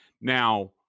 Now